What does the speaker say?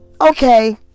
Okay